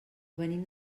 venim